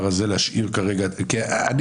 היה ניסיון של דיון.